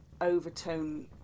overtone